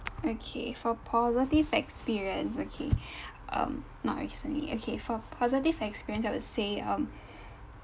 okay for positive experience okay um not recently okay for positive experience I would say um